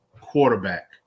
quarterback